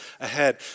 ahead